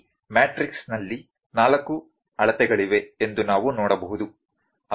ಈ ಮ್ಯಾಟ್ರಿಕ್ಸ್ನಲ್ಲಿ 4 ಅಳತೆಗಳಿವೆ ಎಂದು ನಾವು ನೋಡಬಹುದು